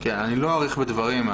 אני לא אאריך בדברים,